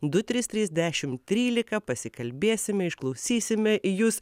du trys trys dešim trylika pasikalbėsime išklausysime jus